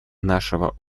нашего